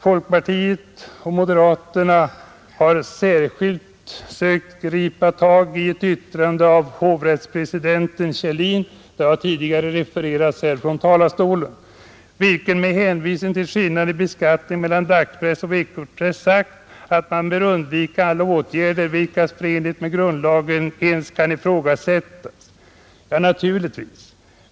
Folkpartiet och moderaterna har särskilt sökt gripa tag i ett yttrande av hovrättspresidenten Björn Kjellin — det har tidigare refererats från talarstolen här — vilken med hänvisning till skillnaden i beskattning mellan dagspress och veckopress sagt att ”man bör undvika alla åtgärder, vilkas förenlighet med grundlagen ens kan ifrågasättas”. Ja, naturligtvis.